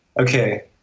okay